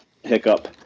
hiccup